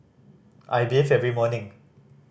I bathe every morning